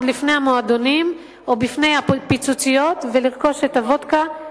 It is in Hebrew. במועדונים או ב"פיצוציות" ולרכוש את הוודקה,